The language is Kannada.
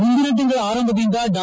ಮುಂದಿನ ತಿಂಗಳ ಆರಂಭದಿಂದ ಡಾ